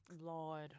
Lord